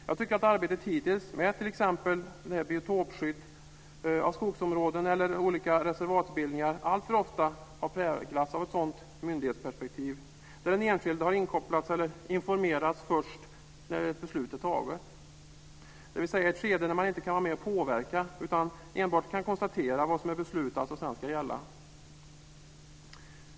Jag tycker att arbetet hittills med t.ex. biotopskydd av skogsområden eller olika reservatsbildningar alltför ofta har präglats av ett sådant myndighetsperspektiv, där den enskilde har kopplats in eller informerats först när beslutet är taget, dvs. i ett skede när man inte kan påverka utan enbart konstatera vad som är beslutat och ska gälla.